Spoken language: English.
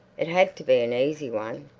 it had to be an easy one.